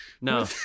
no